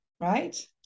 right